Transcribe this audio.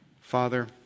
Father